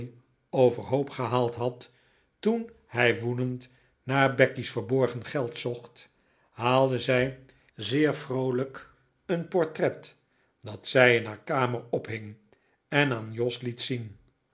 overhoop gehaald had toen hij woedend naar becky's verborgen geld zocht haalde zij zeer vroolijk een portret dat zij in haar kamer ophing en aan jos liet zien